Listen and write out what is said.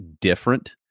different